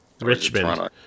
Richmond